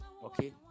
Okay